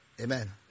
Amen